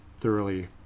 thoroughly